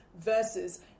versus